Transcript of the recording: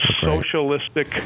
socialistic